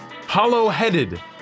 Hollowheaded